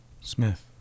Smith